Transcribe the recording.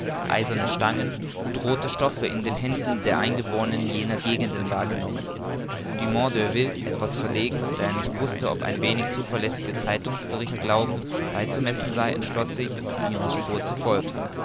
eiserne stangen und rothe stoffe in den händen der eingeborenen jener gegenden wahrgenommen dumont d'urville etwas verlegen da er nicht wußte ob den wenig zuverlässigen zeitungs berichten glauben beizumessen sei entschloß sich dillon's spur zu folgen